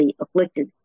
afflicted